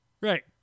Right